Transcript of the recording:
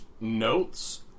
notes